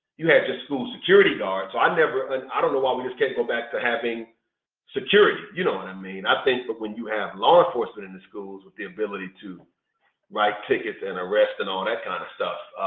you had just school security guards. i ah don't know why we just can't go back to having security. you know and i mean i think but when you have law enforcement in the schools with the ability to write tickets and arrest and all and that kind of stuff,